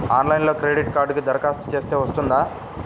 ఆన్లైన్లో క్రెడిట్ కార్డ్కి దరఖాస్తు చేస్తే వస్తుందా?